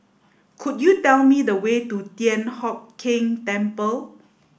could you tell me the way to Thian Hock Keng Temple